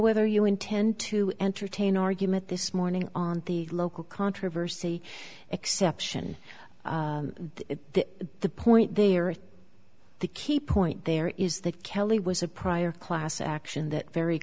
whether you intend to entertain argument this morning on the local controversy exception the point there are the key point there is that kelly was a prior class action that very